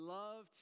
love